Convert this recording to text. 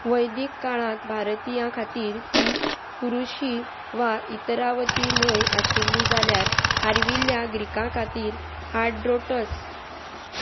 वैदीक काळांत भारतीयां खातीर ती पुरुशी वा इतरावती न्हंय आशिल्ली जाल्यार आर्विल्ल्या ग्रिकां खातीर हाड्रोटस